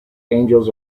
angels